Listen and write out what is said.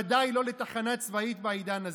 ודאי לא לתחנה צבאית בעידן הזה.